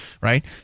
right